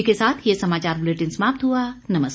इसी के साथ ये समाचार बुलेटिन समाप्त हुआ नमस्कार